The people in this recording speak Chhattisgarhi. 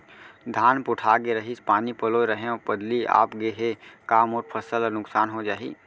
धान पोठागे रहीस, पानी पलोय रहेंव, बदली आप गे हे, का मोर फसल ल नुकसान हो जाही?